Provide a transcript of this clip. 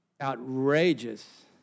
outrageous